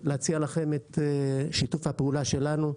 להציע לכם את שיתוף הפעולה שלנו.